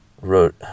wrote